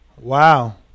Wow